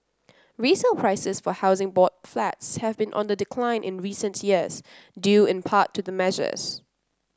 resale prices for Housing Board Flats have been on the decline in recent years due in part to the measures